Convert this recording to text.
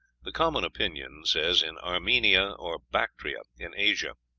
the common opinion says, in armenia or bactria, in asia.